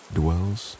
dwells